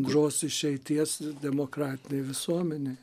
žos išeities demokratinėj visuomenėj